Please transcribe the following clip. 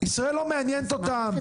ישראל לא מעניינת אותם --- מערכת